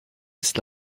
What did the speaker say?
ist